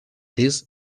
these